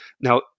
Now